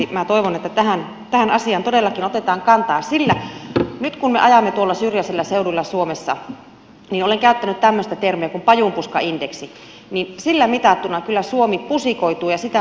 minä toivon että tähän asiaan todellakin otetaan kantaa sillä nyt kun me ajamme tuolla syrjäisillä seuduilla suomessa niin olen käyttänyt tämmöistä termiä kuin pajupuskaindeksi ja sillä mitattuna suomi kyllä pusikoituu ja sitä myötä metsittyy